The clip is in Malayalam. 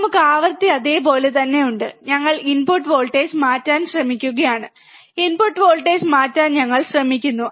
നമുക്ക് ആവൃത്തി അതേപോലെ തന്നെ ഉണ്ട് ഞങ്ങൾ ഇൻപുട്ട് വോൾട്ടേജ് മാറ്റാൻ ശ്രമിക്കുകയാണ് ഇൻപുട്ട് വോൾട്ടേജ് മാറ്റാൻ ഞങ്ങൾ ശ്രമിക്കുന്നു